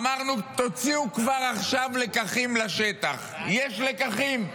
אמרנו תוציאו כבר עכשיו לקחים לשטח, יש לקחים.